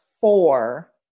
four